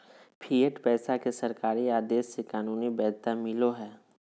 fiat पैसा के सरकारी आदेश से कानूनी वैध्यता मिलो हय